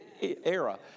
Era